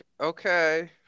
okay